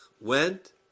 went